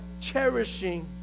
cherishing